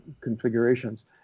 configurations